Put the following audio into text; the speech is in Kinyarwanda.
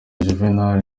juvenal